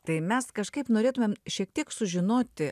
tai mes kažkaip norėtumėm šiek tiek sužinoti